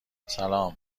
سلام